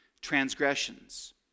transgressions